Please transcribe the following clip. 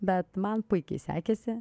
bet man puikiai sekėsi